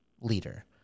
leader